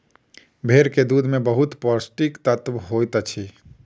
भेड़क दूध में बहुत पौष्टिक तत्व होइत अछि